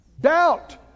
Doubt